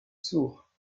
sourd